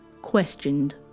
Questioned